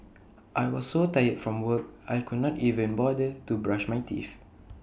I was so tired from work I could not even bother to brush my teeth